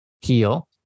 heal